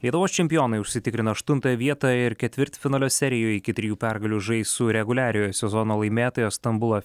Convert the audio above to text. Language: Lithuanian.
lietuvos čempionai užsitikrino aštuntąją vietą ir ketvirtfinalio serijoje iki trijų pergalių žais su reguliariojo sezono laimėtoja stambulo